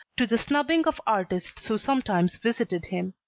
to the snubbing of artists who sometimes visited him.